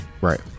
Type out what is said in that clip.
Right